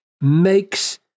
makes